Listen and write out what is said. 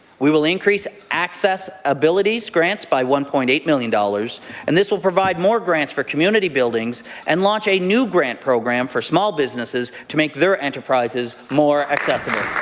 we will increase access abilities grands by one point eight million dollars and this will provide more grants for community buildings and launch a new grant program for small businesses to make their enterprises more accessible.